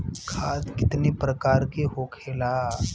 खाद कितने प्रकार के होखेला?